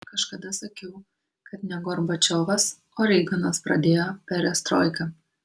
kažkada sakiau kad ne gorbačiovas o reiganas pradėjo perestroiką